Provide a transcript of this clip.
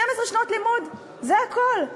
12 שנות לימוד, זה הכול.